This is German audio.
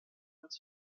als